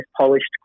polished